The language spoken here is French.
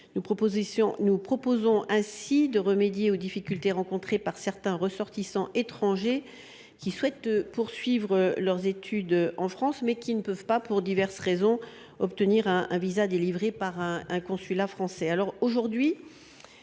Nous proposons ainsi de remédier aux difficultés rencontrées par certains ressortissants étrangers qui souhaitent poursuivre leurs études en France, mais qui ne peuvent pas obtenir de visa délivré par un consulat français,